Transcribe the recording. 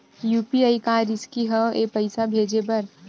UPI का रिसकी हंव ए पईसा भेजे बर?